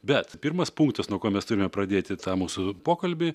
bet pirmas punktas nuo ko mes turime pradėti tą mūsų pokalbį